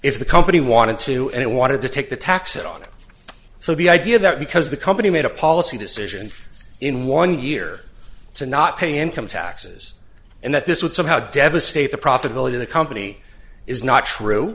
if the company wanted to and it wanted to take the taxes on it so the idea that because the company made a policy decision in one year to not paying income taxes and that this would somehow devastate the profitability the company is not true